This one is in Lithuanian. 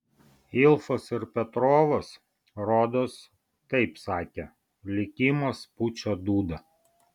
ilfas ir petrovas rodos taip sakė likimas pučia dūdą